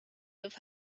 with